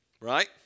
right